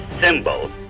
symbol